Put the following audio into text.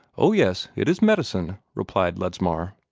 oh, yes, it is medicine, replied ledsmar.